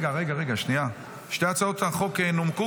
רגע, רגע, שנייה, שתי הצעות החוק כבר נומקו,